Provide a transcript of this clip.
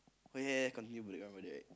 oh ya ya ya continue